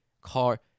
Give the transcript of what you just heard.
car